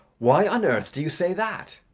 why on earth do you say that?